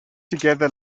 together